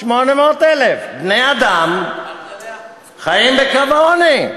1.8 מיליון בני-אדם חיים מתחת לקו העוני,